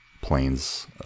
planes